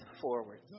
forward